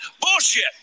bullshit